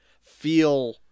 feel